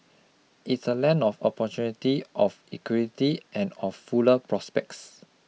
it's a land of opportunity of equality and of fuller prospects